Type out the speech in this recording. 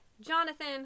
Jonathan